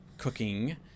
cooking